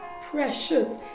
Precious